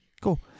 cool